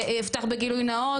ואפתח בגילוי נאות,